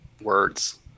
words